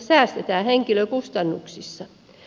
säästetään henkilökustannuksissa